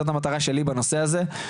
זאת המטרה שלי בנושא הזה,